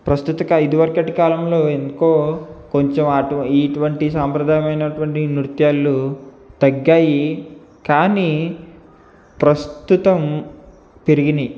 ప్రస్తుతకా ఇదివరకటి కాలంలో ఎందుకో కొంచెం అటు ఇటు వంటి సాంప్రదాయమైనటువంటి నృత్యాలు తగ్గాయి కానీ ప్రస్తుతం పెరిగినయి